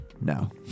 No